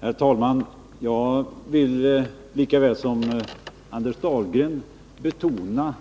Herr talman! Jag vill lika väl som Anders Dahlgren betona